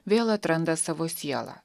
vėl atranda savo sielą